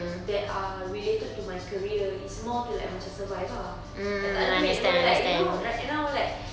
that are related to my career it's more to like macam survive ah like tak ada duit you know like you know like now like